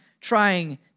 trying